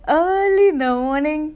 early in the morning